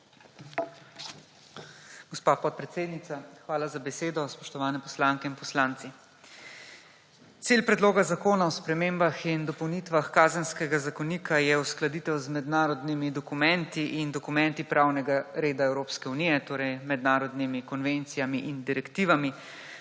Gospa podpredsednica, hvala za besedo. Spoštovane poslanke in poslanci! Cilj Predloga zakona o spremembah in dopolnitvah Kazenskega zakonika je uskladitev z mednarodnimi dokumenti in dokumenti pravnega reda Evropske unije, torej mednarodnimi konvencijami in direktivami.